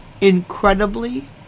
incredibly